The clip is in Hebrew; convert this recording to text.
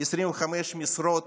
25 משרות